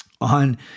on